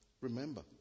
remember